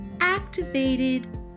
activated